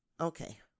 Okay